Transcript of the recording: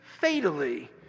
fatally